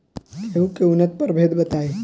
गेंहू के उन्नत प्रभेद बताई?